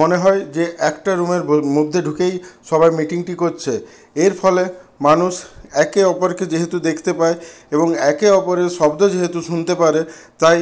মনে হয় যে একটা রুমের মধ্যে ঢুকেই সবাই মিটিংটি করছে এর ফলে মানুষ একে অপরকে যেহেতু দেখতে পায় এবং একে অপরের শব্দ যেহেতু শুনতে পারে তাই